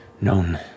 known